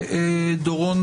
רפ"ק דורון